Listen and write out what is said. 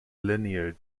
linear